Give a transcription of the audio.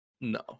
No